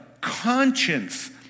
conscience